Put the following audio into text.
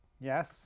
Yes